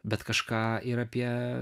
bet kažką ir apie